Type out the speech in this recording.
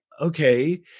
Okay